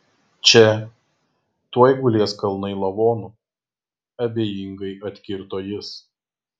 čia tuoj gulės kalnai lavonų abejingai atkirto jis